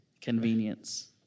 Convenience